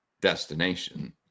destination